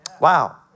Wow